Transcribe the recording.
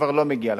כבר לא מגיע לך.